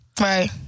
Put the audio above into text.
Right